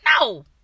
No